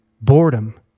boredom